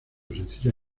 sencilla